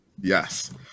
Yes